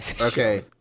okay